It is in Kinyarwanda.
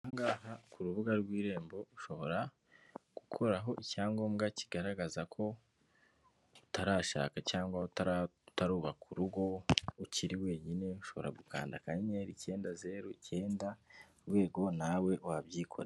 Aha ngaha ku rubuga rw'Irembo ushobora gukuraho icyangombwa kigaragaza ko utarashaka cyangwa utari wubaka urugo ukiri wenyine, ushobora gukanda kanyenyeri icyenda zeru icyenda urwego nawe wabyikorera.